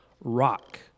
rock